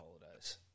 holidays